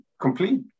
complete